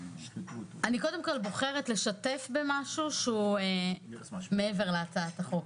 קודם כול אני בוחרת לשתף במשהו שהוא מעבר להצעת החוק,